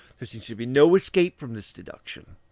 there seems to be no escape from this deduction.